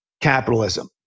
capitalism